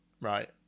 right